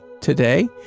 today